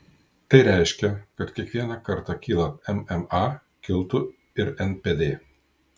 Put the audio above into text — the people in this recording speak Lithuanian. tai reiškia kad kiekvieną kartą kylant mma kiltų ir npd